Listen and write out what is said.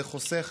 זה חוסך,